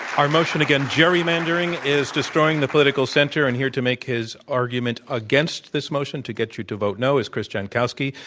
our motion, again, gerrymandering is destroying the political center. and here to make his argument against this motion, to get you to vote no, is chris jankowski.